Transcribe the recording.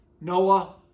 Noah